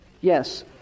yes